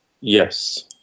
Yes